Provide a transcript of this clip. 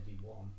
one